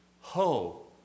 Ho